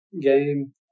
game